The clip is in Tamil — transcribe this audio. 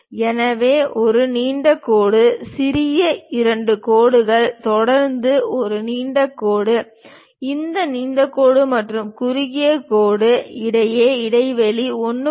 எனவே ஒரு நீண்ட கோடு சிறிய இரண்டு கோடுகள் தொடர்ந்து ஒரு நீண்ட கோடு இந்த நீண்ட கோடு மற்றும் குறுகிய கோடு இடையே இடைவெளி 1